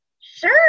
sure